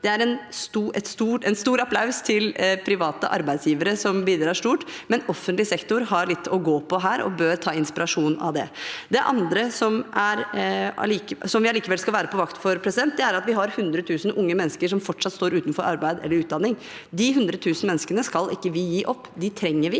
Det er en stor applaus til private arbeidsgivere, som bidrar stort. Men offentlig sektor har litt å gå på her og bør inspireres av det. Det andre som vi allikevel skal være på vakt for, er at vi har 100 000 unge mennesker som fortsatt står utenfor arbeid eller utdanning. De 100 000 menneskene skal vi ikke gi opp. Dem trenger vi,